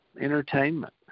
entertainment